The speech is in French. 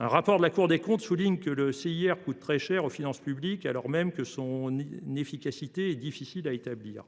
Un rapport de la Cour des comptes souligne en revanche son coût élevé pour les finances publiques, alors même que son efficacité est difficile à établir.